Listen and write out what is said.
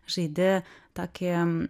žaidi tokį